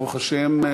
ברוך השם,